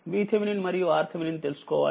VThevenin మరియు RTheveninతెలుసుకోవాలి